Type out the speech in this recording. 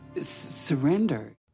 surrender